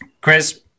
Chris